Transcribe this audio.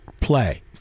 play